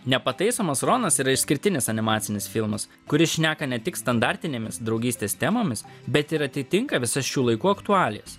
nepataisomas ronas yra išskirtinis animacinis filmas kuris šneka ne tik standartinėmis draugystės temomis bet ir atitinka visas šių laikų aktualijas